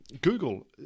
Google